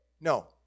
No